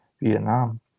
Vietnam